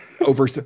over